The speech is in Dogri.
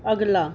अगला